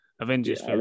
Avengers